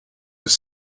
have